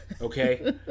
Okay